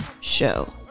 Show